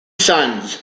sons